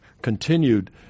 continued